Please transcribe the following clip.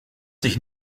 sich